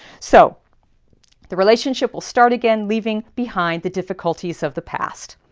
so the relationship will start again, leaving behind the difficulties of the past.